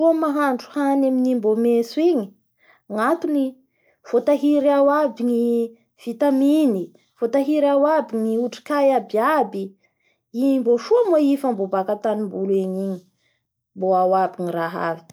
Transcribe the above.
Eeee soa mahandro hany amin'i mbo mentso igny, gnatony voatahiry ao aby ny vitaminy; votahiry ao aby ny otrikay abiaby, imbo soa moa i fa mbo baka antanimbary egny igny mbo ao aby ny raha aby.